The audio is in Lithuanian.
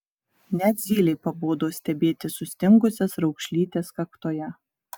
net zylei pabodo stebėti sustingusias raukšlytes kaktoje